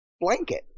blanket